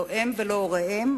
לא הם ולא הוריהם,